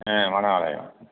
ஆ வன ஆலயம்